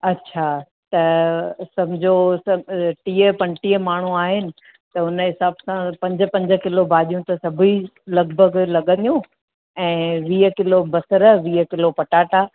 अच्छा त सम्झो टीह पंटीह माण्हू आइन त उन हिसाबु सां पंज पंज किलो भाॼियूं त लॻभॻि सभई लॻंदियूं ऐं वीह किलो बसरु वीह किलो पटाटा